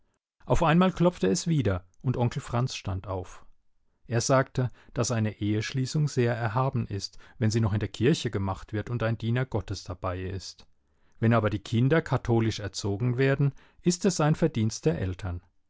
auf einmal klopfte es wieder und onkel franz stand auf er sagte daß eine eheschließung sehr erhaben ist wenn sie noch in der kirche gemacht wird und ein diener gottes dabei ist wenn aber die kinder katholisch erzogen werden ist es ein verdienst der eltern